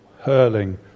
hurling